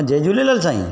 हा जय झूलेलाल साईं